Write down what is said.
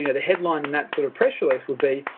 you know the headline in that sort of press release would be,